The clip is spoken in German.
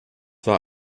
war